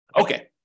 Okay